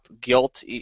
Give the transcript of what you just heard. Guilt